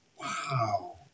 Wow